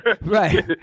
Right